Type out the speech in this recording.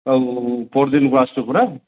ଆଉ ପଅରଦିନକୁ ଆସୁଛୁ ପରା